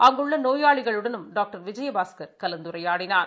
அங்குள்ள நோயாளிகளுடனும் டாக்டர் விஜயபாஸ்கர் கலந்துரையாடினார்